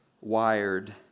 wired